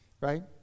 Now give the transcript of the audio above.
right